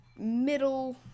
middle